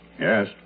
Yes